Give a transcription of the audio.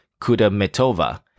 Kudametova